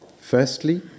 Firstly